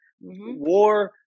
War